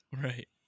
right